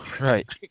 Right